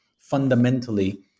fundamentally